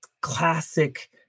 classic